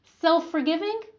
self-forgiving